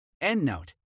Endnote